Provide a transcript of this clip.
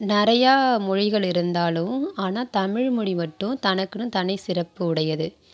நிறையா மொழிகள் இருந்தாலும் ஆனால் தமிழ்மொழி மட்டும் தனக்குனு தனிச்சிறப்பு உடையது